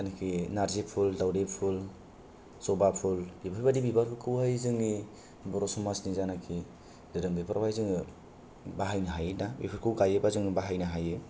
जायनाखि नारजि फुल दावदै फुल जबा फुल बेफोरबादि बिबारफोरखौहाय जोंनि बर समाजनि जानाखि धोरोम बेफोरावहाय जोङो बाहायनो हायो दा बेफोरखौ गाइयोबा जों बाहायनो हायो